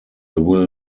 will